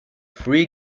free